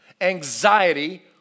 anxiety